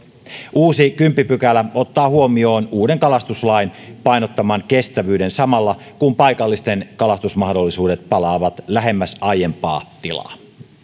uusi kymmenes pykälä ottaa huomioon uuden kalastuslain painottaman kestävyyden samalla kun paikallisten kalastusmahdollisuudet palaavat lähemmäs aiempaa tilaa